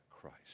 Christ